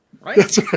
right